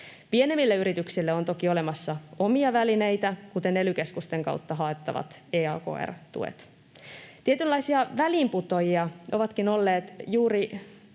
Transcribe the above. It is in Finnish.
Pienemmille yrityksille on toki olemassa omia välineitä, kuten ely-keskusten kautta haettavat EAKR-tuet. Tietynlaisia väliinputoajia ovatkin olleet juuri